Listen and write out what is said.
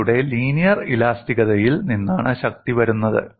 നിങ്ങളുടെ ലീനിയർ ഇലാസ്തികതയിൽ നിന്നാണ് ശക്തി വരുന്നത്